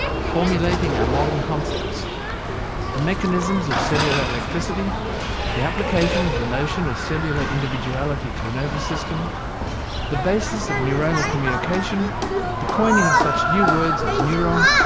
formulating our modern concepts the mechanism of cellular electricity the application of the notion of cellular individuality to the nervous system the basis of neuronal communication the coining of such new words as neuron,